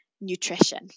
nutrition